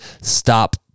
stop